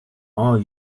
are